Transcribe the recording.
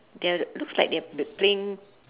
they're looks like they're pl~ playing